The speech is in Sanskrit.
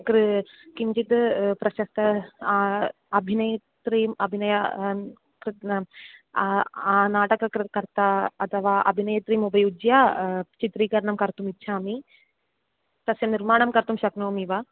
कृ किञ्चित् प्रशस्त अभिनेत्रीम् अभिनय कृ नाटककर्ता अथवा अभिनेत्रीम् उपयुज्य चित्रीकरणं कर्तुम् इच्छामि तस्य निर्माणं कर्तुं शक्नोमि वा